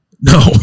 No